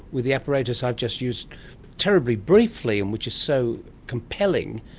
with the apparatus i've just used terribly briefly and which is so compelling,